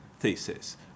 Thesis